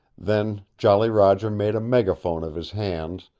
then jolly roger made a megaphone of his hands,